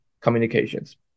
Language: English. communications